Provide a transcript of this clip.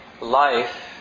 life